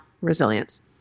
resilience